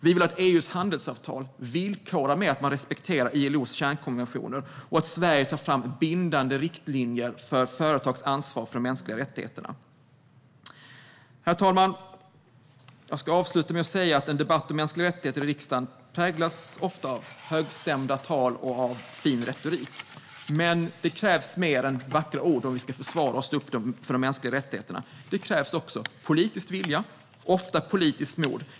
Vi vill att EU:s handelsavtal villkoras med att ILO:s kärnkonventioner respekteras och att Sverige tar fram bindande riktlinjer för företags ansvar för de mänskliga rättigheterna. Herr talman! Jag ska avsluta med att säga att en debatt om mänskliga rättigheter i riksdagen ofta präglas av högstämda tal och fin retorik. Men det krävs mer än vackra ord om vi ska försvara och stå upp för de mänskliga rättigheterna. Det krävs också politisk vilja och ofta politiskt mod.